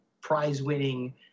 prize-winning